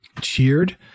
cheered